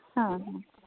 ᱦᱮᱸ ᱦᱮᱸ